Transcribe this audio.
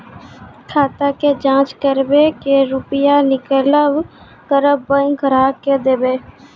खाता के जाँच करेब के रुपिया निकैलक करऽ बैंक ग्राहक के देब?